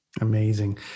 Amazing